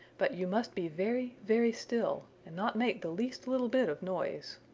but you must be very, very still, and not make the least little bit of noise.